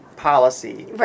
Policy